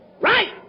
right